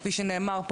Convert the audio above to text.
כאמור,